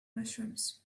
mushrooms